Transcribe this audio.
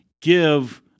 give